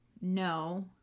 no